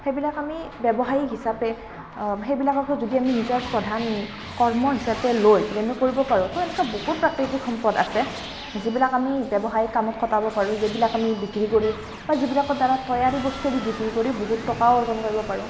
সেইবিলাক আমি ব্যৱসায়িক হিচাপে সেইবিলাককো যদি আমি নিজৰ প্ৰধান কৰ্ম হিচাপে লৈ যদি আমি কৰিব পাৰোঁ তো এনেকুৱা বহুত প্ৰাকৃতিক সম্পদ আছে যিবিলাক আমি ব্যৱসায়িক কামত খটাব পাৰোঁ যিবিলাক আমি বিক্ৰী কৰি বা যিবিলাকৰ দ্বাৰা তৈয়াৰী বস্তু বিক্ৰী কৰিও বহুত টকা অৰ্জন কৰিব পাৰোঁ